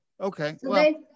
Okay